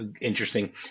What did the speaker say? interesting